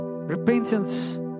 Repentance